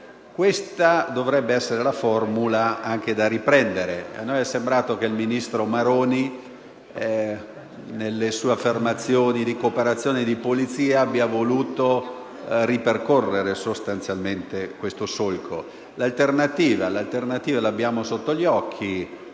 Questa dovrebbe essere la formula da riprendere, e a noi è sembrato che il ministro Maroni, nelle sue affermazioni sulla cooperazione di polizia, abbia voluto ripercorrere sostanzialmente questo solco. L'alternativa l'abbiamo sotto gli occhi: